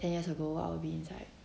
ten years ago what'll be inside